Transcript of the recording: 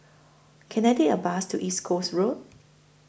Can I Take A Bus to East Coast Road